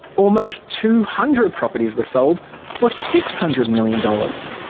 almost two hundred properties were sold for six hundred million dollars.